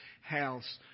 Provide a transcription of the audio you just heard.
house